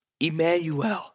Emmanuel